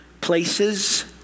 places